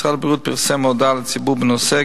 משרד הבריאות פרסם הודעה לציבור בנושא,